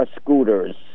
scooters